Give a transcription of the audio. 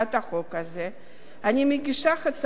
אני מגישה הצעת חוק זו שוב ושוב,